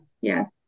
Yes